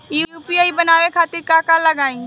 UPI बनावे खातिर का का लगाई?